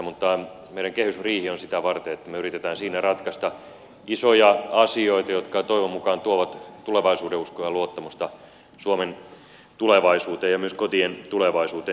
mutta meidän kehysriihemme on sitä varten että me yritämme siinä ratkaista isoja asioita jotka toivon mukaan tuovat tulevaisuudenuskoa ja luottamusta suomen tulevaisuuteen ja myös kotien tulevaisuuteen